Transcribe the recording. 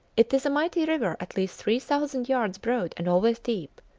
it is a mighty river at least three thousand yards broad and always deep.